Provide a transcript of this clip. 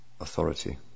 authority